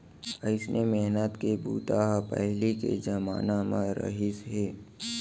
अइसन मेहनत के बूता ह पहिली के जमाना म रहिस हे